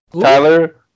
Tyler